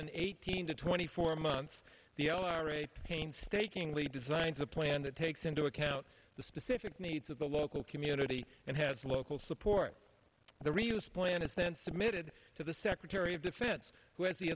often eighteen to twenty four months the all right painstakingly designs a plan that takes into account the specific needs of the local community and has local support the release plan is then submitted to the secretary of defense who has the